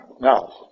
Now